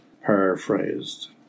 Paraphrased